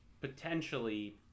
potentially